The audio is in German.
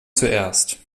zuerst